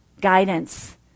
guidance